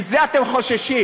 מזה אתם חוששים.